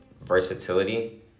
versatility